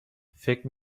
فکر